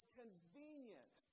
convenient